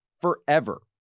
forever